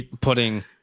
putting